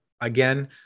Again